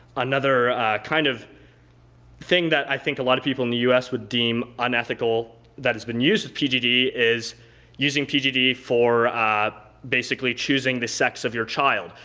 another kind of thing that i think a lot of people in the u. s. would deem unethical that has been used with pgd is using pgd for basically choosing the sex of your child.